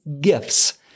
gifts